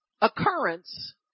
occurrence